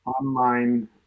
online